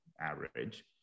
average